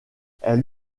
elle